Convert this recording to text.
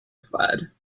fled